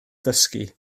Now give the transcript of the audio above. dysgu